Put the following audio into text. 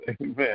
Amen